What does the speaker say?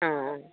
অঁ অঁ